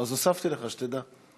הוספתי לך, שתדע.